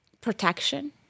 protection